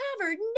covered